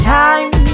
time